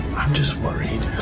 i'm just worried.